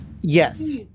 Yes